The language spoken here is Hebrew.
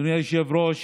אדוני היושב-ראש,